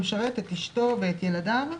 המשרת, אשתו וילדיו.